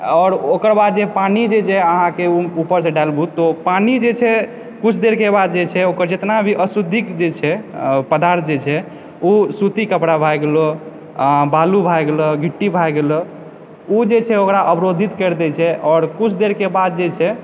आओर ओकर बाद जे पानी जे छै अहाँके ऊपर से डालबू तऽ पानी जे छै कुछ देर के बाद जे छै ओकर जितना भी अशुद्धि जे छै पदार्थ जे छै ओ सूती कपड़ा भए गेलो बालू भए गेलो गिट्टी भए गेलो ओ जे छै ओकरा अबरोधित कर दै छै कुछ देर के बाद जे छै